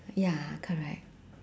ya correct